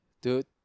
Dude